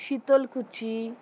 Sitalkuchi